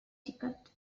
ticket